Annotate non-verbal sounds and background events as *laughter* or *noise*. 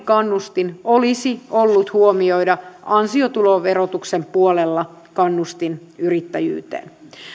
*unintelligible* kannustin olisi ollut huomioida ansiotuloverotuksen puolella kannustin yrittäjyyteen